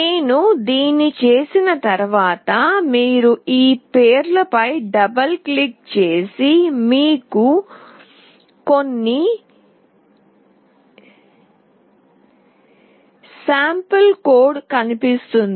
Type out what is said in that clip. నేను దీన్ని చేసిన తర్వాత మీరు ఈ పేరుపై రెండు సార్లు క్లిక్ చేసి నట్లయితే మీకు కొన్ని నమూనా కోడ్ కనిపిస్తుంది